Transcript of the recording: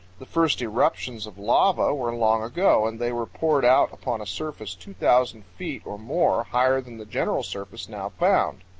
the first eruptions of lava were long ago, and they were poured out upon a surface two thousand feet or more higher than the general surface now found.